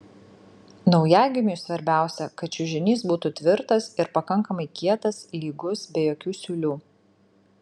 naujagimiui svarbiausia kad čiužinys būtų tvirtas ir pakankamai kietas lygus be jokių siūlių